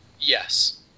Yes